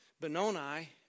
Benoni